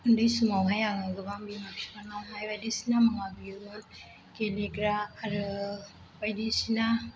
उन्दै समाव हाय आं गोबां बिमा बिफानाव बायदिसिना मामा बियोमोन गेलेग्रा आरो बायदिसिना